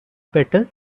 better